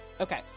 Okay